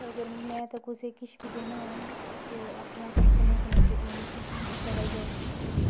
ते अगर में कुसै गी किश बी देना होऐ नी ते अपने हत्थें कन्नै बनाइयै देनी क्योंकि मिगी ते जादै गै